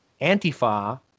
Antifa